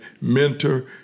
mentor